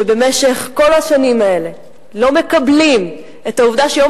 שבמשך כל השנים האלה לא מקבלים את העובדה שיום